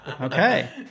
Okay